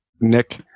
Nick